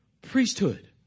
priesthood